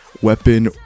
weapon